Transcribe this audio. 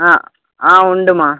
ஆ ஆ உண்டுமா